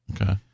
Okay